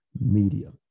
media